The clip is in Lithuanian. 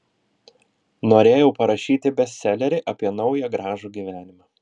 norėjau parašyti bestselerį apie naują gražų gyvenimą